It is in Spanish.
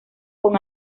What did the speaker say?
con